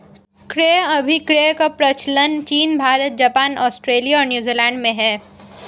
क्रय अभिक्रय का प्रचलन चीन भारत, जापान, आस्ट्रेलिया और न्यूजीलैंड में है